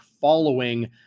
following